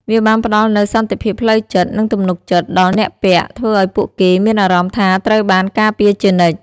វាបានផ្ដល់នូវ សន្តិភាពផ្លូវចិត្ត និងទំនុកចិត្ត ដល់អ្នកពាក់ ធ្វើឲ្យពួកគេមានអារម្មណ៍ថាត្រូវបានការពារជានិច្ច។